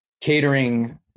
catering